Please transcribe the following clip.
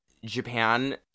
Japan